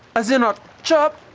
as in a chip?